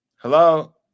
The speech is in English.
Hello